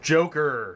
Joker